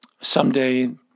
someday